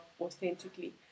authentically